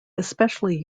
especially